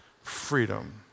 freedom